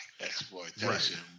exploitation